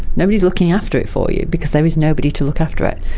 nobody is looking after it for you because there is nobody to look after it.